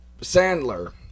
Sandler